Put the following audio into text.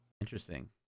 Interesting